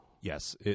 Yes